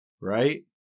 right